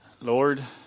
Lord